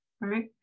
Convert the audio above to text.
Right